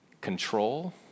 control